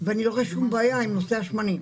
ואני לא רואה שום בעיה עם נושא השמנים